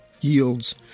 yields